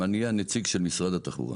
אני הנציג של משרד התחבורה.